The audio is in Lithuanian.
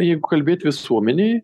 jeigu kalbėt visuomenėj